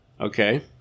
okay